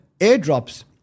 airdrops